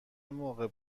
موقع